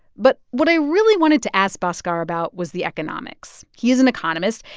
but what i really wanted to ask bhaskar about was the economics. he is an economist,